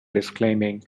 disclaiming